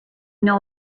know